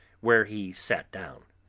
where he sat down,